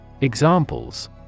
Examples